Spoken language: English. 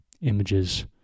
images